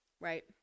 right